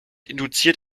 induziert